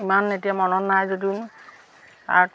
ইমান এতিয়া মনত নাই যদিও আৰ্ট